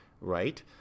right